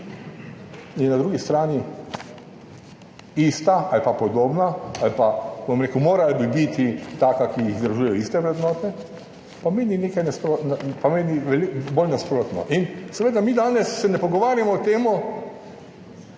je na drugi strani ista ali pa podobna ali pa, bom rekel, morala bi biti taka, kjer jih združujejo iste vrednote, pa meni bolj nasprotno. Mi se danes ne pogovarjamo o tem,